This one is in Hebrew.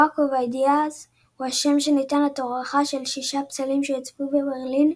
Walk of Ideas הוא השם שניתן לתערוכה של שישה פסלים שהוצבו בברלין,